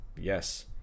yes